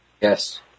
Yes